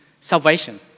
Salvation